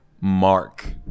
mark